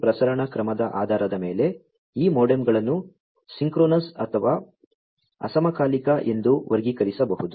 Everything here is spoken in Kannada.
ಪ್ರಸರಣ ಕ್ರಮದ ಆಧಾರದ ಮೇಲೆ ಈ ಮೋಡೆಮ್ಗಳನ್ನು ಸಿಂಕ್ರೊನಸ್ ಅಥವಾ ಅಸಮಕಾಲಿಕ ಎಂದು ವರ್ಗೀಕರಿಸಬಹುದು